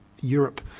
Europe